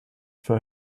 for